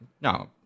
No